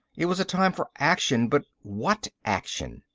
it was a time for action but what action?